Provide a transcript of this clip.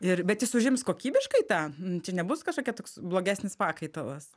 ir bet jis užims kokybiškai tą čia nebus kažkokia toks blogesnis pakaitalas